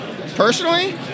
personally